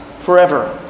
forever